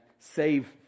save